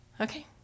Okay